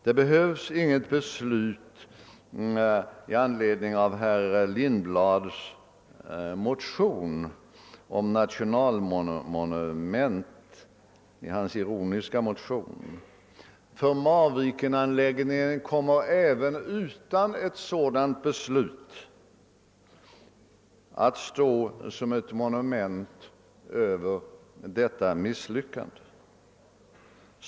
Det behövs inget beslut med anledning av herr Lindblads ironiska motion om nationalmonument; Marvikenanläggningen kommer nämligen även utan ett sådant beslut att stå som ett monument över detta misslyckande.